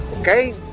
Okay